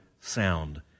sound